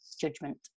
judgment